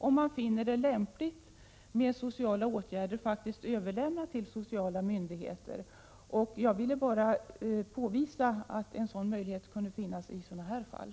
Om man finner det lämpligt kan man överlämna fallet till sociala myndigheter för åtgärder. Jag ville bara påvisa att en liknande möjlighet kunde finnas i sådana här fall.